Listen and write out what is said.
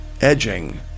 edging